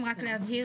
כתוב: